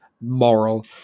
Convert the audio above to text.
moral